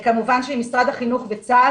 כמובן שעם משרד החינוך וצה"ל,